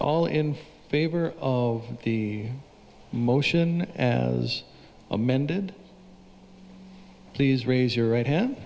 all in favor of the motion as amended please raise your right hand